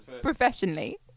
professionally